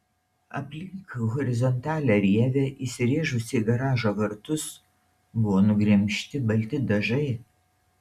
aplink horizontalią rievę įsirėžusią į garažo vartus buvo nugremžti balti dažai